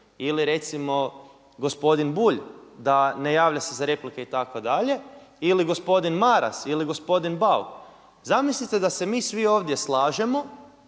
ili recimo gospodin Bulj da ne javlja se za replike itd., ili gospodin Maras ili gospodin Bauk, zamislite da se mi svi ovdje slažemo,